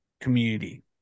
community